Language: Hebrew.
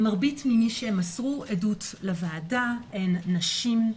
מרבית ממי שמסרו עדויות לוועדה היו נשים.